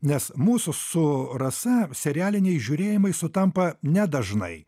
nes mūsų su rasa serialiniai žiūrėjimai sutampa nedažnai